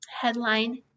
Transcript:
headline